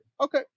Okay